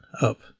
up